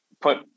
put